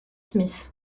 smith